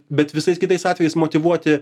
bet visais kitais atvejais motyvuoti